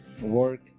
work